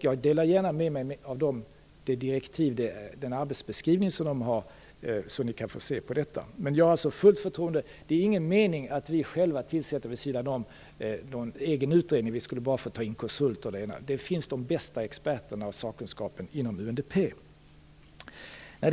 Jag delar gärna med mig av de direktiv, den arbetsbeskrivning, som de har, så att ni kan få se på detta. Jag har alltså fullt förtroende. Det är ingen mening att vi själva tillsätter någon egen utredning vid sidan om. Vi skulle bara få ta in konsulter. De bästa experterna och sakkunskapen finns inom UNDP.